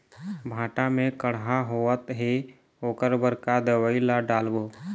भांटा मे कड़हा होअत हे ओकर बर का दवई ला डालबो?